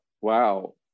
wow